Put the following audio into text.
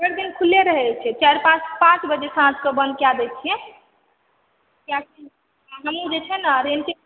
भरि दिन खुलले रहै छै चारि पाँच पाँच बजे साँझ के बन्द कए दै छियै कियाकि हमहुँ जे छै ने रेंटे पर